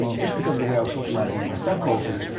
um just because of the way i was socialized in my subculture,